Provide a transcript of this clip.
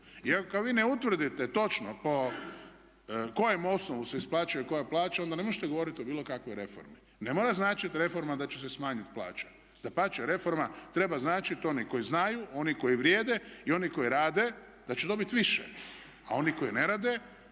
I ako vi ne utvrdite točno po kojem osnovu se isplaćuje koja plaća onda ne možete govoriti o bilo kakvoj reformi. Ne mora značiti reforma da će se smanjiti plaća. Dapače, reforma treba značiti oni koji znaju, oni koji vrijede i oni koji rade da će dobiti više a oni koji ne rade